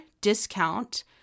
discount